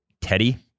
Teddy